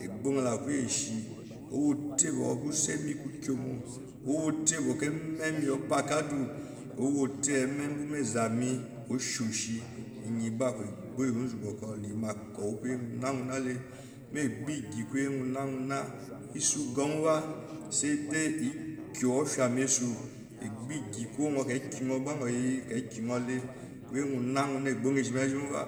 Egbo nyo la ku iyeshi owote bko kuseme kukyomo owotei boko ememe ogba kadu owo tei boko emen bume zami okyomo iyem gba aku egba iyi kokur onzu iyi makyo wu koye ngnana le mo egbo igi ko ye ngo nama isa ugóúmo bá saide ikyo osie masu egbo iigi konyo kekinyo le kuyengnana egba nyo ishi meji moba